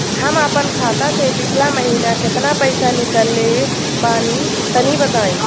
हम आपन खाता से पिछला महीना केतना पईसा निकलने बानि तनि बताईं?